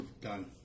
Done